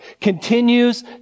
continues